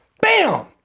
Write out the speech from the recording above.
bam